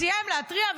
סיים להתריע,